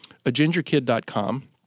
agingerkid.com